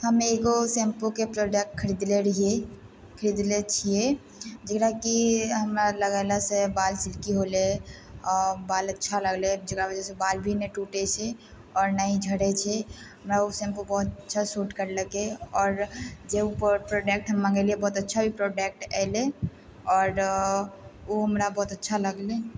हम एगो शैम्पूके प्रोडक्ट खरीदलियै रहियइ खरीदने छियै जकरा कि हमरा लगेलासँ बाल सिल्की होलय बाल अच्छा लगलइ जकरा वजहसँ बाल भी नहि टूटय छै आओर ने ही झड़य छै हमरा ओ शैम्पू बहुत अच्छा शूट करलकइ आओर जे उ प्रोडक्ट हम मङ्गेलियइ बहुत अच्छा भी प्रोडक्ट एलय आओर उ हमरा बहुत अच्छा लगलइ